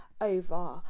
over